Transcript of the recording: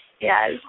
Yes